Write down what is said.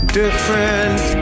different